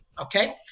okay